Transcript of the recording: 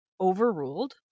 overruled